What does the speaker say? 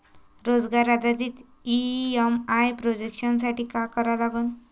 रोजगार आधारित EMI projection साठी का करा लागन?